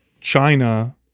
China